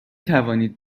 توانید